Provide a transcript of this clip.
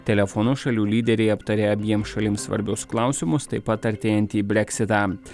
telefonu šalių lyderiai aptarė abiem šalims svarbius klausimus taip pat artėjantį breksitą